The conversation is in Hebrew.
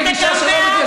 בבית המשפט העליון,